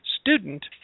student